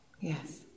yes